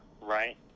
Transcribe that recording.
right